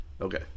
Okay